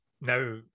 now